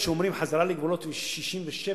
כשאומרים: חזרה לגבולות 67',